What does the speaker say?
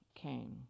came